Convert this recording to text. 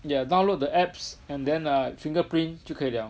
yeah download the apps and then uh fingerprint 就可以了